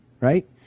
right